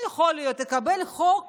ויכול להיות, תקבל חוק